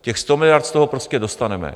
Těch 100 miliard z toho prostě dostaneme.